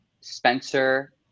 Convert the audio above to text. Spencer